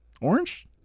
orange